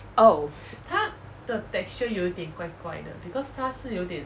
oh